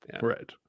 right